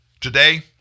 Today